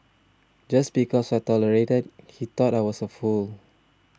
just because I tolerated he thought I was a fool